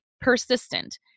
persistent